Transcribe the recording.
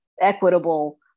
equitable